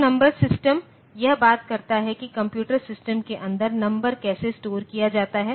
तो number system यह बात करता है कि कंप्यूटर सिस्टम के अंदर नंबर कैसे स्टोर किया जाता है